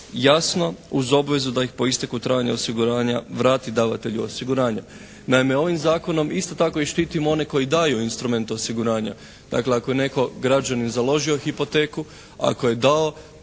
jasno uz obvezu da ih po isteku trajanja osiguranja vrati davatelju osiguranja. Naime, ovim zakonom isto tako i štitimo one koji daju instrument osiguranja. Dakle ako je neki građanin založio hipoteku, ako je dao